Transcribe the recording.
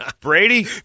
Brady